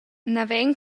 naven